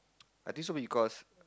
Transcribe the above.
I think so because